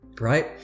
right